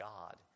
God